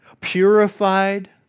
purified